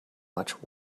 much